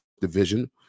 division